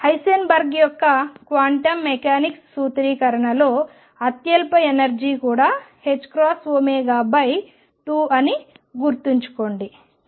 Heisenberg యొక్క quantum mechanics సూత్రీకరణలో అత్యల్ప ఎనర్జీ కూడా ℏω2 అని గుర్తుంచుకోండి